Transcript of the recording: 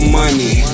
money